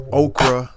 okra